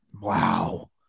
Wow